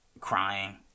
crying